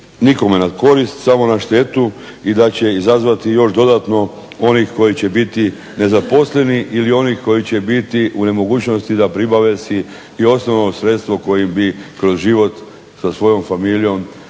nikome na korist, samo na štetu i da će izazvati još dodatno onih koji će biti nezaposleni ili onih koji će biti u nemogućnosti da pribave si i osnovno sredstvo kojim bi kroz život sa svojom familijom